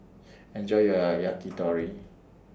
Enjoy your Yakitori